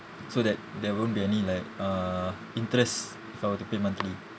so that there won't be any like uh interest if I were to pay monthly